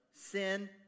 Sin